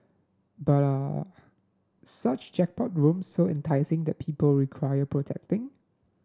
but are such jackpot rooms so enticing that people require protecting